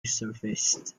resurfaced